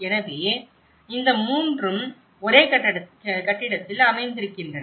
எனவே இந்த 3ம் ஒரே கட்டிடத்தில் அமைந்திருக்கின்றன